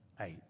eight